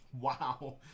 Wow